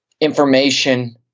information